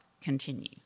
continue